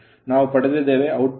ನಾವು ಪಡೆದಿದ್ದೇವೆ ಔಟ್ಪುಟ್16